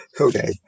Okay